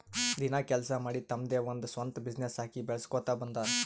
ದಿನ ಕೆಲ್ಸಾ ಮಾಡಿ ತಮ್ದೆ ಒಂದ್ ಸ್ವಂತ ಬಿಸಿನ್ನೆಸ್ ಹಾಕಿ ಬೆಳುಸ್ಕೋತಾ ಬಂದಾರ್